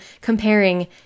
comparing